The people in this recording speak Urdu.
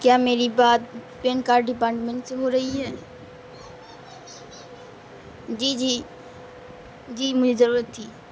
کیا میری بات پین کارڈ ڈپارٹمنٹ سے ہو رہی ہے جی جی جی مجھے ضرورت تھی